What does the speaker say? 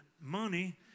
money